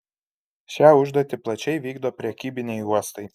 šią užduotį plačiai vykdo prekybiniai uostai